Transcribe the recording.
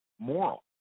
moral